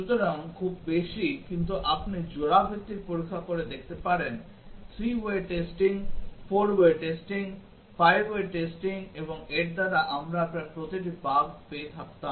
সুতরাং খুব বেশি কিন্তু আপনি জোড়া ভিত্তিক পরীক্ষা করে দেখতে পারেন 3 way testing 4 way testing 5 way testing এবং এর দ্বারা আমরা প্রায় প্রতিটি বাগ পেয়ে থাকতাম